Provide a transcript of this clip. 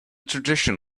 tradition